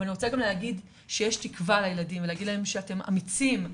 אבל אני רוצה גם להגיד שיש תקוה לילדים ולהגיד להם שאתם אמיצים,